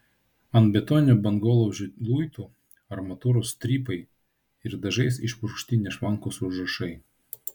ant betoninio bangolaužio luitų armatūros strypai ir dažais išpurkšti nešvankūs užrašai